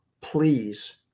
please